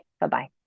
Bye-bye